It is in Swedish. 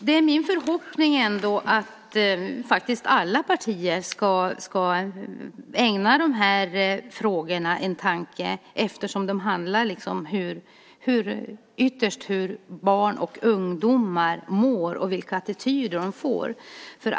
Det ger ändå förhoppningen att faktiskt alla partier ska ägna de här frågorna en tanke, eftersom det ytterst handlar om hur barn och ungdomar mår och vilka attityder de får.